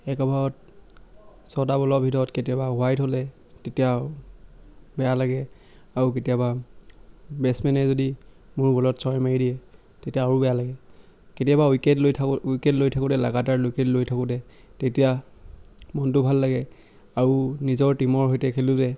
এক অভাৰত ছটা বলৰ ভিতৰত কেতিয়াবা ৱাইড হ'লে তেতিয়া বেয়া লাগে আৰু কেতিয়াবা বেটছমেনে যদি মোৰ বলত ছয় মাৰি দিয়ে তেতিয়া আৰু বেয়া লাগে কেতিয়াবা উইকেট লৈ থা উইকেট লৈ থাকোতে লাগাতাৰ উইকেট লৈ থাকোতে তেতিয়া মনটো ভাল লাগে আৰু নিজৰ টীমৰ সৈতে খেলোতে